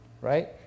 right